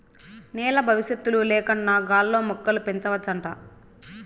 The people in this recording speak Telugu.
నేల బవిసత్తుల లేకన్నా గాల్లో మొక్కలు పెంచవచ్చంట